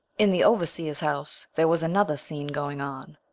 in the overseer's house there was another scene going on,